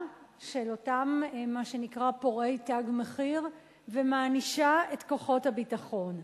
של אותם פורעי "תג מחיר" ומענישה את כוחות הביטחון.